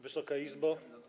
Wysoka Izbo!